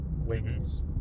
wings